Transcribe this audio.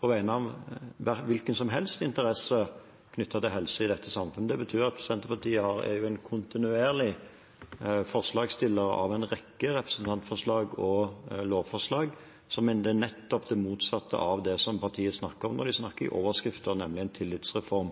på vegne av en hvilken som helst interesse knyttet til helse i dette samfunnet. Det betyr at Senterpartiet er en kontinuerlig forslagsstiller av en rekke representantforslag og lovforslag som er nettopp det motsatte av det som partiet snakker om når de snakker i overskrifter, nemlig en tillitsreform